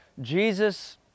Jesus